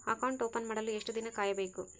Account open ಮಾಡಲು ಎಷ್ಟು ದಿನ ಕಾಯಬೇಕು?